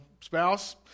spouse